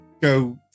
go